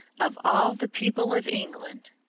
of all the people of england,